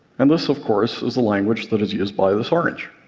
and this, of course, is the language that is used by this orange.